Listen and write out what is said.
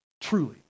truly